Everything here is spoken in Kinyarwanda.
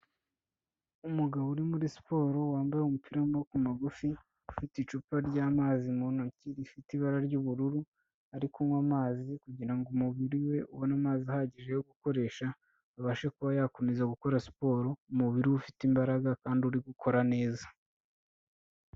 Umugabo uri muri siporo wambaye umupira w'amaboko magufi, ufite icupa ry'amazi mu ntoki rifite ibara ry'ubururu, ari kunywa amazi kugira ngo umubiri we ubone amazi ahagije yo gukoresha, abashe kuba yakomeza gukora siporo umubiri we ufite imbaraga kandi uri gukora neza.